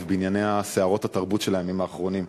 בענייני סערות התרבות של הימים האחרונים.